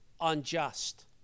unjust